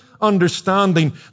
understanding